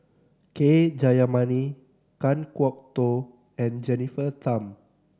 K Jayamani Kan Kwok Toh and Jennifer Tham